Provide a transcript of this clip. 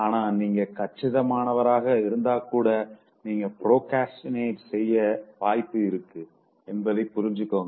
ஆனா நீங்க கச்சிதமானவராக இருந்தாக்கூட நீங்க ப்ரோக்ரஸ்டினேட் செய்ய வாய்ப்பு இருக்கு என்பத புரிஞ்சுக்கோங்க